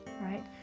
right